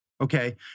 Okay